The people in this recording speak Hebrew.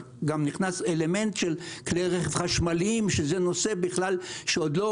נכנס גם אלמנט של כלי רכב חשמליים שזה נושא בכלל שעוד לא